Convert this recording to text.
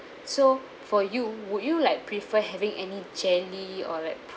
so for you would you like prefer having any jelly or like